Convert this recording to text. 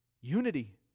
unity